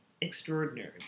extraordinary